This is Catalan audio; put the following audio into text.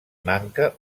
manca